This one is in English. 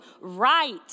right